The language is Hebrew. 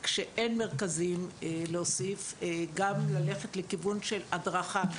כשאין מרכזים להוסיף, גם ללכת לכיוון של הדרכה.